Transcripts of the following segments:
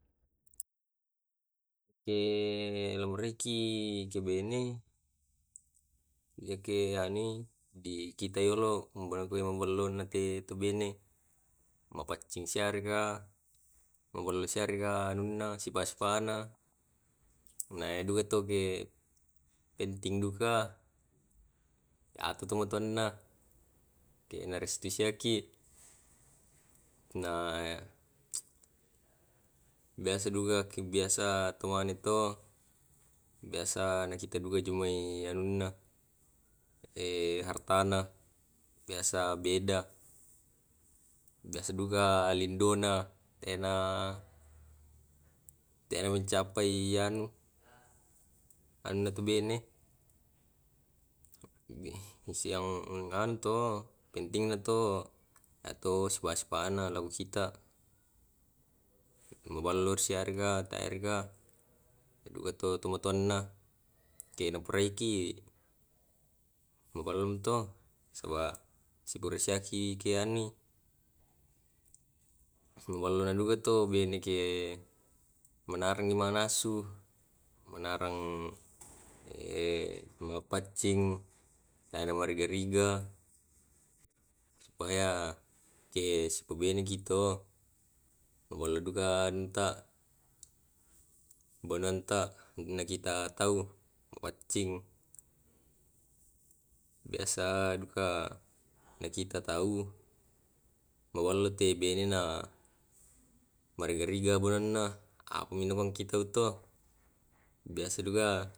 Eke lo uraiki ke bene yake anui dikitai yolo mabello na tu bene, mapaccing siarega, mabollo siarega anunna sipa sipanna. Na eh duka to ge penting duka atau tu nna te na restui seki na na biasa duka biasa ko teanuito biasa naki te duka jomai anunna ehh hartana, biasa beda biasa duka aliddona dena tena mencapai anu anu te bene. Siang anu to penting na to sipa sipana lao dikita maballo siarega, teariga ya duka to tomatoanna ke dipuraiki. Maballong to saba sipure siaki ke anui maballo na duka to pu bene ke manarengi manasu, manareng eh mapaccing arega magariga, supaya kesupabene ki to mabollo duka anta bananta nakita tau mapaccing biasa duka nakita tau maballo te benena maregariga boana amono mong kitoto biasa duka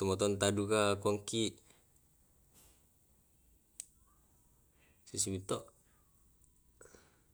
tomatuanta duka kongki sisimito.